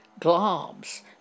globs